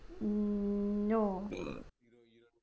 mm no